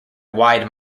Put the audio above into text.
wide